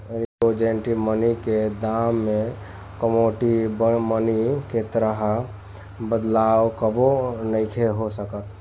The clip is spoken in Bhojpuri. रिप्रेजेंटेटिव मनी के दाम में कमोडिटी मनी के तरह बदलाव कबो नइखे हो सकत